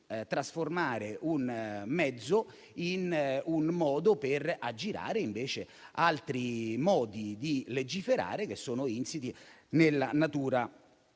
trasformare un mezzo in un modo per aggirare altri modi di legiferare che sono insiti nella natura